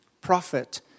prophet